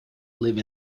live